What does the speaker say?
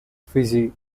fizzy